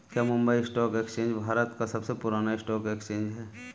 क्या Mumbai stock exchange Bharat का सबसे पुराना स्टॉक एक्सचेंज है?